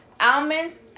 Almonds